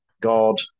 God